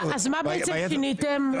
מה שיניתם משנה